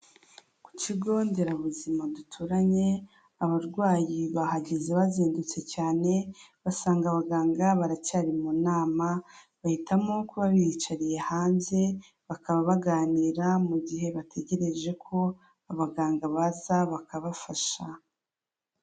Ku kigo nderabuzima duturanye abarwayi bahageze bazindutse cyane basanga abaganga baracyari mu nama, bahitamo kuba bicariye hanze bakaba baganira mu gihe bategereje ko abaganga baza bakabafasha.